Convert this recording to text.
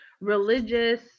religious